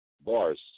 Bars